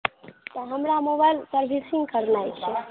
तऽ हमरा mobile servicing करनाइ छै